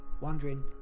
wondering